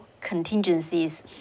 contingencies